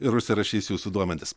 ir užsirašys jūsų duomenis